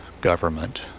government